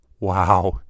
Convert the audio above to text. Wow